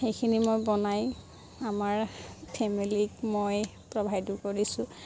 সেইখিনি মই বনাই আমাৰ ফেমিলিক মই প্ৰভাইডো কৰিছোঁ